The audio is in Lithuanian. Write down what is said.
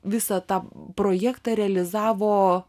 visą tą projektą realizavo